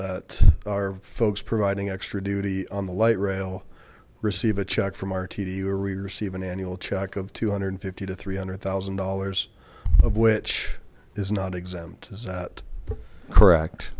that our folks providing extra duty on the light rail receive a check from rtd where we receive an annual check of two hundred and fifty to three hundred thousand dollars of which is not exempt is that correct